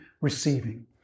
receiving